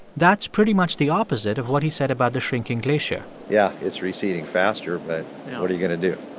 that's pretty much the opposite of what he said about the shrinking glacier yeah. it's receding faster. but what are you going to do?